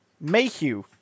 Mayhew